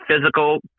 physical